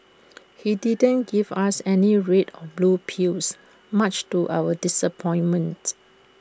he didn't give us any red or blue pills much to our disappointment